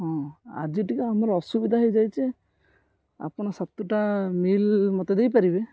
ହଁ ଆଜି ଟିକେ ଆମର ଅସୁବିଧା ହେଇଯାଇଛି ଆପଣ ସାତଟା ମିଲ୍ ମୋତେ ଦେଇପାରିବେ